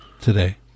today